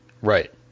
Right